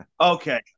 Okay